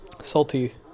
Salty